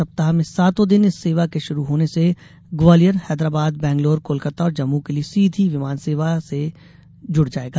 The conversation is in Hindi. सप्ताह में सातों दिन इस सेवा के शुरू होने से ग्वालियर हैदराबाद बैंगलोर कोलकाता और जम्मू के लिये सीधी विमान सेवा से जुड़ जायेगा